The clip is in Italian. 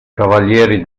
cavalieri